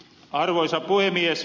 arvoisa puhemies